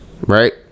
right